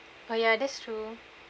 oh ya that's true